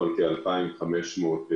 אנחנו עומדים היום על כ-2,500 חולים,